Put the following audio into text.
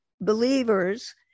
believers